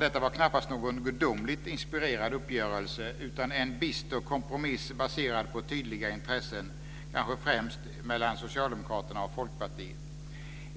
Detta var knappast någon gudomligt inspirerad uppgörelse utan en bister kompromiss baserad på tydliga intressen - kanske främst mellan Socialdemokraterna och Folkpartiet.